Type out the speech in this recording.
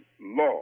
law